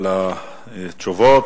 על התשובות